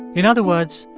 in other words,